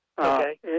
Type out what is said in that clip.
Okay